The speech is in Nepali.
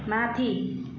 माथि